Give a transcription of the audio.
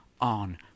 on